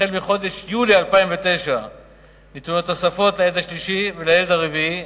החל מחודש יולי 2009 ניתנו תוספות לילד השלישי והרביעי.